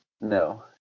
No